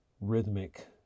rhythmic